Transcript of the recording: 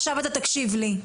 עכשיו אתה תקשיב לי.